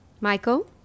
michael